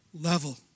level